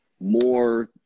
more